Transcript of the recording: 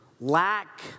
lack